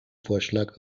vorschlag